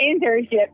internship